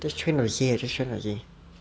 just try not to say just try not to say